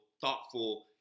thoughtful